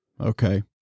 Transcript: Okay